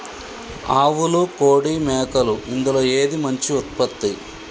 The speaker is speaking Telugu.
ఆవులు కోడి మేకలు ఇందులో ఏది మంచి ఉత్పత్తి?